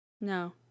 No